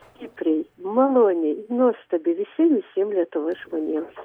stipriai maloniai nuostabiai visiem visiem lietuvos žmonėm